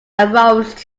aroused